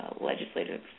legislative